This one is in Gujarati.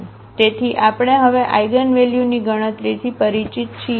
તેથી આપણે હવે આઇગનવેલ્યુની ગણતરીથી પરિચિત છીએ